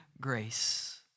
grace